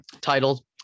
titled